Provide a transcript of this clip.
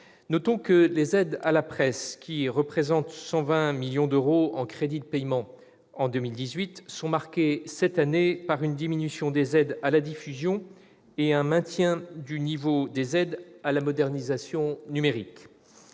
Notons que les aides à la presse, qui représentent 120 millions d'euros en crédits de paiement en 2018, sont marquées, cette année, par une diminution des aides à la diffusion et un maintien du niveau des aides à la modernisation numérique.